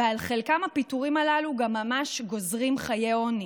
ועל חלקם הפיטורים הללו גם ממש גוזרים חיי עוני.